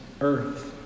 earth